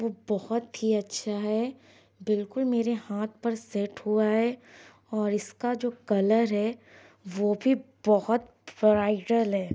وہ بہت ہی اچھا ہے بالکل میرے ہاتھ پر سیٹ ہُوا ہے اور اِس کو جو کلر ہے وہ بھی بہت ورائبل ہے